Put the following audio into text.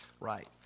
Right